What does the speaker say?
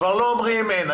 כבר לא אומרים אין.